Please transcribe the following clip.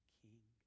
king